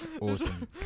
Awesome